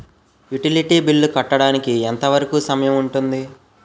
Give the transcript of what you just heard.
Utility bill కట్టడానికి ఎంత వరుకు సమయం ఉంటుంది?